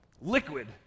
liquid